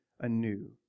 anew